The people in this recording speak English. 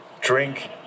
drink